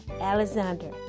Alexander